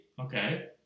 Okay